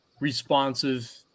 responsive